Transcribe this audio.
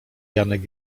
janek